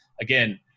Again